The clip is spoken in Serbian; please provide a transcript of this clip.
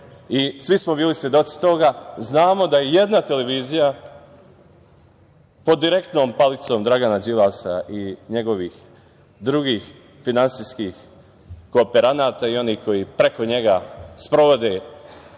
i svi smo bili svedoci toga. Znamo da je jedna televizija po direktnom palicom Dragana Đilasa i njegovih drugih finansijskih kooperanata i oni koji preko njega sprovode